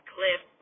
Cliff